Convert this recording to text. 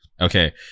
Okay